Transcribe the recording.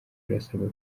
barasabwa